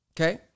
Okay